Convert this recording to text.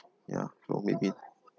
ya so maybe